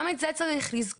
גם את זה צריך לזכור.